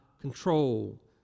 control